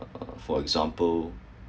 uh for example